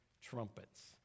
trumpets